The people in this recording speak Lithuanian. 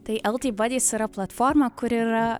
tai el ti badis yra platforma kur yra